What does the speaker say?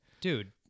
Dude